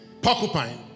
Porcupine